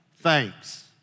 thanks